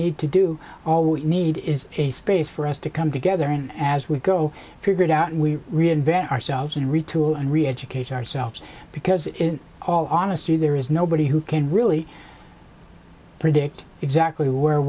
need to do all we need is a space for us to come together and as we go figured out we reinvent ourselves and retool and reeducate ourselves because in all honesty there is nobody who can really predict exactly where